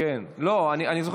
--- נורבגים.